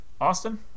austin